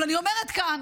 אבל אני אומרת כאן